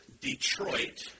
Detroit